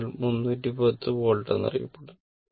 അതിനാൽ 310 വോൾട്ട് എന്ന് പറയപ്പെടുന്നു